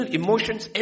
emotions